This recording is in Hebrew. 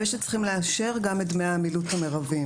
צריך לאשר גם את דמי המילוט המרביים